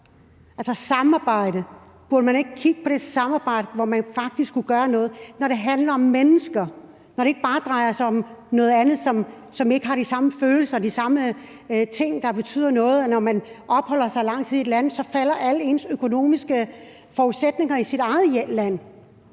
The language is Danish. Altså burde man ikke kigge på det samarbejde, så man faktisk kunne gøre noget, når det handler om mennesker, og når det ikke bare drejer sig om noget andet, som ikke involverer de samme følelser og de samme ting, som betyder noget? Når man opholder sig lang tid i et land, falder alle ens egne økonomiske forudsætninger i eget land.